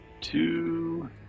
two